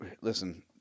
listen